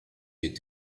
est